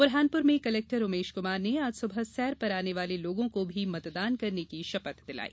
बुरहानपुर में कलेक्टर उमेश कुमार ने आज सुबह सैर पर आने वाले लोगों को भी मतदान करने की शपथ दिलाई